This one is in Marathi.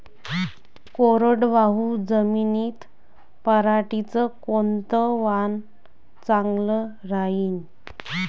कोरडवाहू जमीनीत पऱ्हाटीचं कोनतं वान चांगलं रायीन?